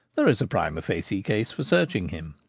there is a primd facie case for searching him.